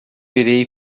irei